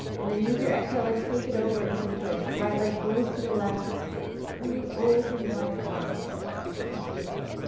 and then use your exhale to take it over into the twist, right leg goes to the left and we open right arm to the right.